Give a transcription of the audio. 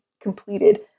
completed